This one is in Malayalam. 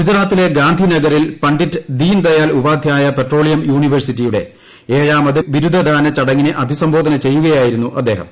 ഗുജറാത്തിലെ ഗാന്ധി നഗറിൽ പണ്ഡിറ്റ് ദീൻ ദയാൽ ഉപ്പിാ്ധ്യായ പെട്രോളിയം യൂണിവേഴ്സിറ്റിയുടെ ഏഴാമത് ബിരുദ്ദ്യന് ചടങ്ങിനെ അഭിസംബോധന ചെയ്യുകയായിരുന്നു അദ്ദേഹം